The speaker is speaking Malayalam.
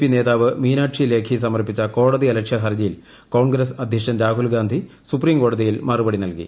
പി നേതാവ് മീനാക്ഷി ലേഖി സമർപ്പിച്ച കോടതിയലക്ഷ്യ ഹർജിയിൽ കോൺഗ്രസ് അധ്യക്ഷൻ രാഹുൽ ഗാന്ധി സുപ്രീംകോടതിയിൽ മറുപടി നൽകി